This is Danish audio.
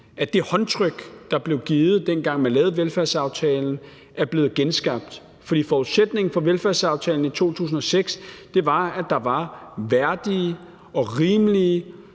som det håndtryk betød, da det blev givet, dengang man lavede velfærdsaftalen, er blevet genskabt. For forudsætningerne for velfærdsaftalen i 2006 var, at der var værdige, rimelige